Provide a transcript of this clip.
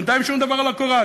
בינתיים שום דבר לא קורה,